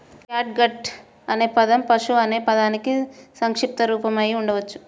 catgut అనే పదం పశువు అనే పదానికి సంక్షిప్త రూపం అయి ఉండవచ్చు